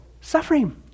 suffering